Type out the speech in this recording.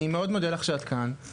אני מאוד מודה לך שאת כאן,